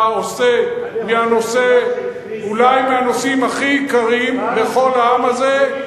אתה עושה, אולי מהנושאים הכי יקרים בכל העם הזה,